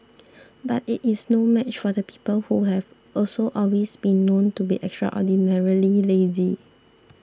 but it is no match for the people who have also always been known to be extraordinarily lazy